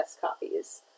copies